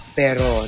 pero